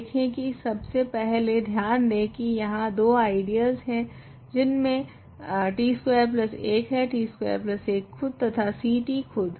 देखे की सब से पहले ध्यान दे की यहाँ दो आइडियलस है जिनमे t21 है t21 खुद तथा Ct खुद